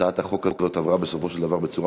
הצעת החוק הזאת עברה בסופו של דבר בצורה